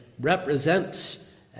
represents